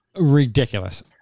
Ridiculous